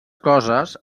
coses